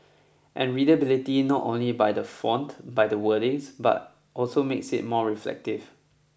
and readability not only by the font by the wordings but also makes it more reflective